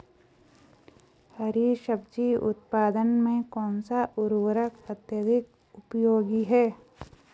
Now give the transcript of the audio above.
हरी सब्जी उत्पादन में कौन सा उर्वरक अत्यधिक उपयोगी है?